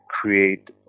create